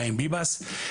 חיים ביבס,